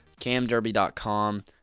camderby.com